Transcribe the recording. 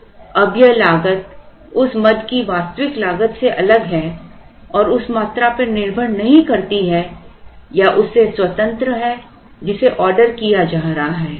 अब यह लागत उस मद की वास्तविक लागत से अलग है और उस मात्रा पर निर्भर नहीं करती है या उससे स्वतंत्र है जिसे ऑर्डर किया जा रहा है